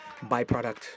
byproduct